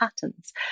patterns